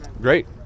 great